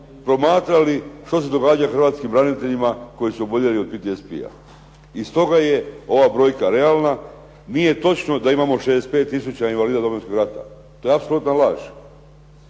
promatrali što se događa hrvatskim braniteljima koji su oboljeli od PTSP-a. I stoga je ova brojka realna. Nije točno da imamo 65 tisuća invalida Domovinskog rata. To je apsolutna laž.